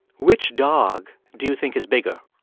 which dog do you think is bigger.